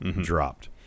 dropped